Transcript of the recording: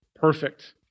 perfect